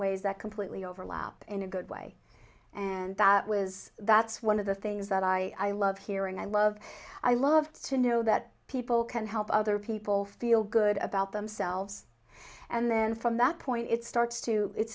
ways that completely overlap in a good way and that was that's one of the things that i love here and i love i love to know that people can help other people feel good about themselves and then from that point it starts to it